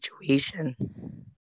situation